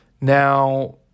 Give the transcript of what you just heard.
Now